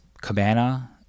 Cabana